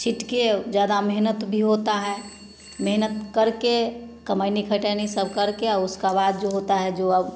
छीट के औ ज्यादा मेहनत भी होता है मेहनत करके कमइनी खटइनी सब करके आ उसका बाद जो होता है जो अब